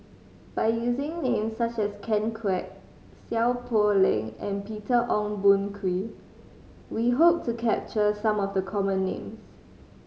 by using names such as Ken Kwek Seow Poh Leng and Peter Ong Boon Kwee we hope to capture some of the common names